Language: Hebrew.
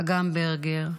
אגם ברגר,